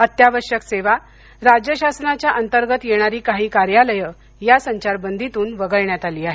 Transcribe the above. अत्यावश्यक सेवा राज्य शासनाच्या अंतर्गत येणारी काही कार्यालय या संचारबंदीतून वगळण्यात आली आहेत